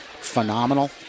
phenomenal